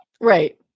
Right